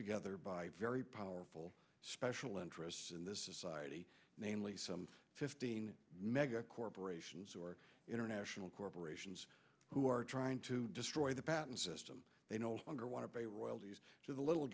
together by very powerful special interests in this society namely some fifteen mega corporations or international corporations who are trying to destroy the patent system they no longer want to